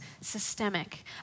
systemic